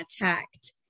attacked